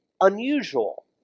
unusual